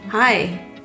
Hi